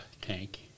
tank